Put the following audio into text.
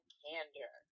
candor